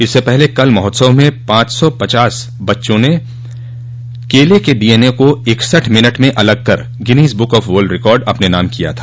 इससे पहले कल महोत्सव में पाँच सौ पचास विद्यार्थियों ने केले के डीएनए को इकसठ मिनट में अलग कर Guinness book of world record अपने नाम किया था